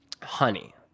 honey